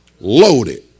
loaded